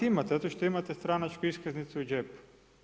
Imate, zato što imate stranačku iskaznicu u džepu.